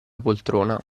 poltrona